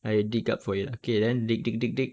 I dig up for it okay then dig dig dig dig